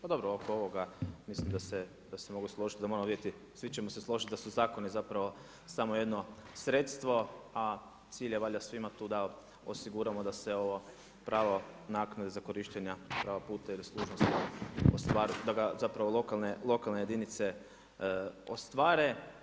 Pa dobro oko ovoga mislim da se mogu složiti da moramo vidjeti, svi ćemo se složiti da su zakoni zapravo samo jedno sredstvo a cilj je valjda svima tu da osiguramo da se ovo pravo naknade za korištenja prava puta i služnosti ostvari, da ga ustvari lokalne jedinice ostvare.